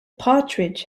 partridge